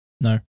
No